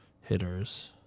hitters